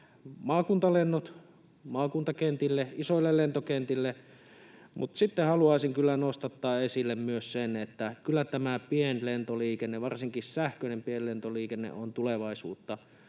maakuntalennot maakuntakentille, isoille lentokentille. Mutta sitten haluaisin kyllä nostattaa esille myös sen, että kyllä tämä pienlentoliikenne, varsinkin sähköinen pienlentoliikenne, on tulevaisuutta.